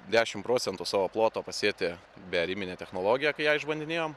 dešim procentų savo ploto pasėti bearimine technologija kai ją išbandinėjom